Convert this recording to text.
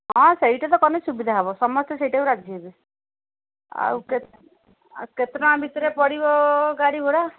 ହଁ ସେଇଟା ତ କଲେ ସୁବିଧା ହେବ ସମସ୍ତେ ସେଇଟାକୁ ରାଜି ହେବେ ଆଉ କେତେ କେତେ ଟଙ୍କା ଭିତରେ ପଡ଼ିବ ଗାଡ଼ି ଭଡ଼ା